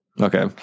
Okay